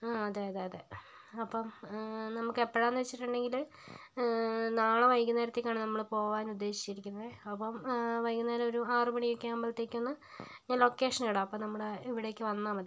അതെ അതെ അതെ അപ്പം നമുക്ക് എപ്പഴാന്ന് വെച്ചിട്ടുണ്ടെങ്കില് നാളെ വൈകുന്നേരത്തേക്കാണ് നമ്മള് പോകാൻ ഉദ്ദേശിച്ചിരിക്കുന്നത് അപ്പം വൈകുന്നേരം ഒരു ആറ് മണി ഒക്കെ ആകുമ്പോഴത്തേക്ക് ഒന്ന് ഞാൻ ലൊക്കേഷൻ ഇടാം അപ്പോൾ നമ്മുടെ ഇവിടേക്ക് വന്നാൽ മതി